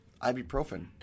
ibuprofen